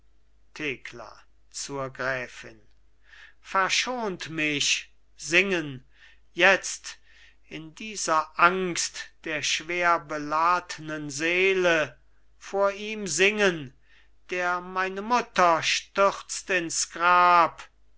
thekla zur gräfin verschont mich singen jetzt in dieser angst der schwer beladnen seele vor ihm singen der meine mutter stürzt ins grab